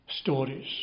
stories